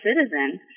citizen